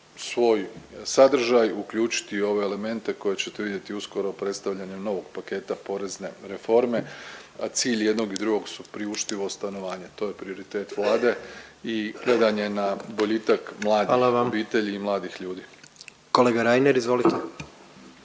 svoj sadržaj uključiti ove elemente koje ćete vidjeti uskoro predstavljanjem novog paketa porezne reforme, a cilj jednog i drugog su priuštivo stanovanje, to je prioritet Vlade i .../Govornik se ne razumije./... na boljitak mladih obitelji i … .../Upadica: Hvala